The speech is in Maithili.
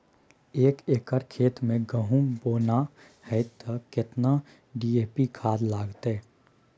एक एकर खेत मे गहुम बोना है त केतना डी.ए.पी खाद लगतै?